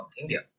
India